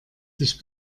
sich